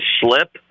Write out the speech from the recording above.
slip